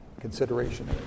consideration